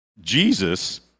Jesus